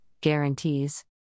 guarantees